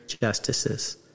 justices